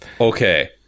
Okay